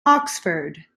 oxford